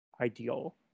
ideal